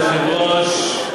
כבוד היושב-ראש,